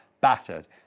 battered